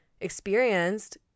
experienced